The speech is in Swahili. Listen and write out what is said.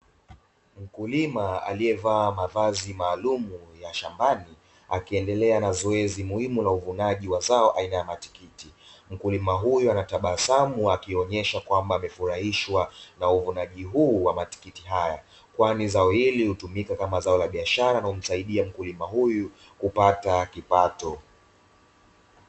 Mkulima aliyevaa mavazi maalumu ya shambani akiendelea na zoezi muhimiu la uvunaji wa zao aina ya matikiti; mkulima huyu anatabasamu akionyesha kwamba amefurahishwa na uvunaji huu wa matikiti haya kwani zao hili hutumika kama zao la biashara na humsaidia mkulima huyu kupata kipato.